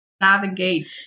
navigate